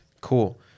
cool